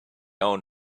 own